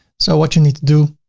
so what you need to do,